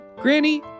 Granny